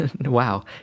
Wow